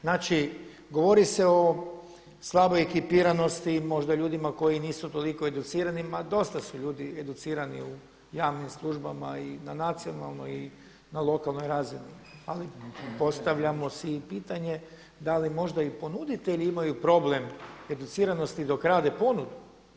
Znači govori se o slaboj ekipiranosti, možda i ljudima koji nisu toliko educirani, ma dosta su ljudi educirani u javnim službama i na nacionalnoj i na lokalnoj razini, ali postavljamo si i pitanje da li možda i ponuditelji imaju problem educiranosti dok rade ponudu.